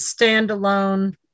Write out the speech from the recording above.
standalone